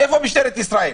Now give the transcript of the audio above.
איפה משטרת ישראל?